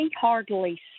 hardly